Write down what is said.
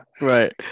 right